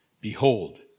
Behold